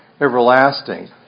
everlasting